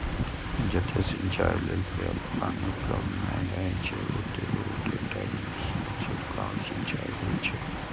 जतय सिंचाइ लेल पर्याप्त पानि उपलब्ध नै रहै छै, ओतय रोटेटर सं छिड़काव सिंचाइ होइ छै